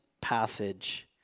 passage